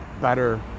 better